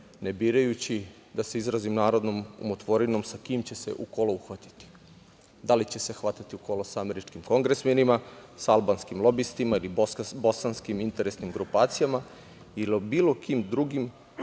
ne birajući, da se izrazim narodnom umotvorinom „sa kim će se u kolo uhvatiti“, da li će hvatati u kolo sa američkim kongresmenima, sa albanskim lobistima ili bosanskim interesnim grupacijama ili bilo kim drugim